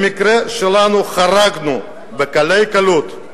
במקרה שלנו חרגנו בקלי קלות,